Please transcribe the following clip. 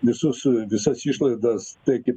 visus visas išlaidas tai kaip